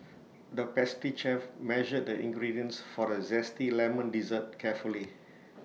the pastry chef measured the ingredients for A Zesty Lemon Dessert carefully